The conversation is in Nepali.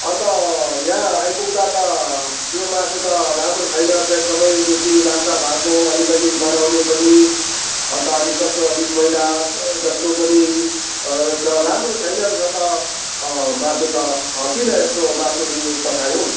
अन्त यहाँ आइपुग्दा त त्यो मासु त राम्रो छैन रहेछ एकदमै बेसी लाम्टा भएको अलिकित गनाउने पनि अन्त अलिक कस्तो अलिक मैला जस्तो पनि राम्रो छैन रहेछ त मासु त किन यस्तो मासुहरू पठायौ